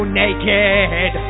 naked